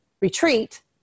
retreat